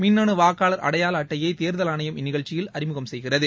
மின்னு வாக்காளர் அடையாள அட்டையை தேர்தல் ஆணையம் இந்நிகழ்ச்சியில் அறிமுகம் செய்கிறது